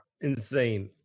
Insane